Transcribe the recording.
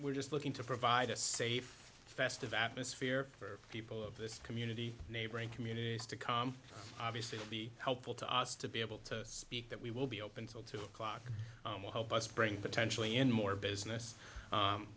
we're just looking to provide a safe festive atmosphere for the people of this community neighboring communities to come obviously to be helpful to us to be able to speak that we will be open till two o'clock and will help us bring potentially in more business